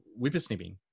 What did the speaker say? whippersnipping